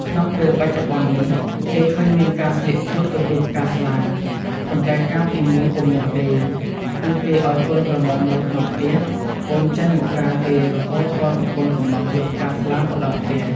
ក្នុងពេលបច្ចុប្បន្ននេះ គេឃើញមានការស្លៀកឈុតទទួលផ្កាស្លា ប៉ុន្តែកាលពីមុនពុំមានទេ គឺគេឲ្យកូនក្រមុំនៅក្នុងផ្ទះ ពុំចេញមកក្រៅទេរហូតទាល់តែកូនកម្លោះយកផ្កាស្លាមកដល់ផ្ទះ។